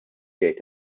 jgħid